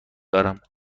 دارم